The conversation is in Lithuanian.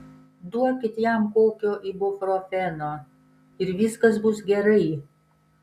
duokit jam kokio ibuprofeno ir viskas bus gerai